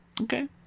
Okay